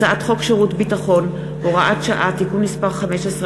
הצעת חוק שירות ביטחון (הוראת שעה) (תיקון מס' 15),